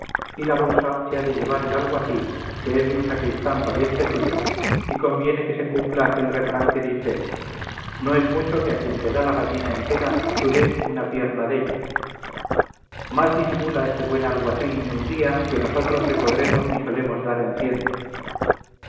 y la bolsa se ha de llevar el alguacil que es de un sacristán pariente suyo y conviene que se cumpla aquel refrán que dice no es mucho que a quien te da la gallina entera tú des una pierna della más disimula este buen alguacil en un día que nosotros le podremos ni solemos dar en ciento